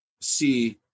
see